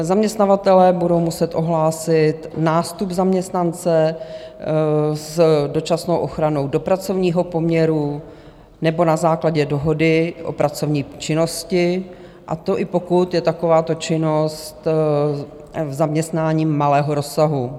Zaměstnavatelé budou muset ohlásit nástup zaměstnance s dočasnou ochranou do pracovního poměru nebo na základě dohody o pracovní činnosti, a to i pokud je takováto činnost v zaměstnání malého rozsahu.